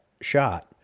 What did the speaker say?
Shot